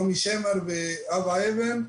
נעמי שמר ואבא אבן,